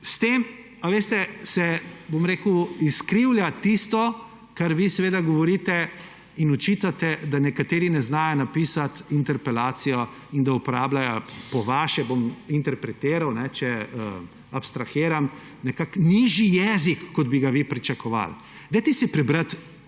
Ukomu! Tako se s tem izkrivlja tisto, kar vi seveda govorite in očitate, da nekateri ne znajo napisati interpelacije in da uporabljajo, po vaše bom interpretiral, če abstrahiram, nekakšen nižji jezik, kot bi ga vi pričakovali. Preberite